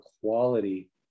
quality